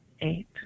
eight